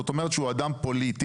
זאת אומרת שהוא אדם פוליטי.